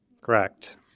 Correct